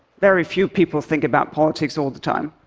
very few people think about politics all the time.